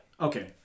Okay